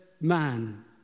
man